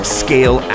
scale